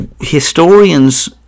Historians